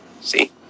See